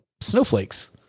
snowflakes